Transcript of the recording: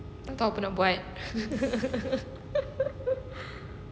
tak tahu apa nak buat